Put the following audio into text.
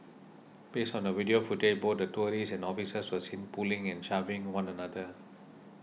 based on the video footage both the tourists and officers were seen pulling and shoving one another